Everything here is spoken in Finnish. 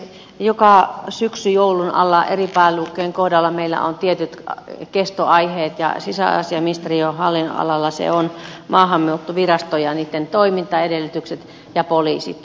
joka syksy joulun alla eri pääluokkien kohdalla meillä on tietyt kestoaiheet ja sisäasiainministeriön hallinnonalalla se on maahanmuuttovirasto ja sen toimintaedellytykset ja poliisit